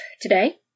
today